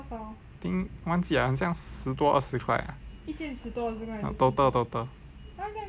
think 忘记了很像一件十多二十块 total total